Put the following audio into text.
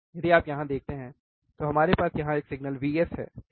यदि आप यहाँ देखते हैं तो हमारे पास यहाँ एक सिग्नल VS है ठीक